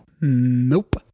Nope